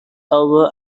over